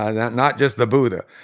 ah not not just the buddha.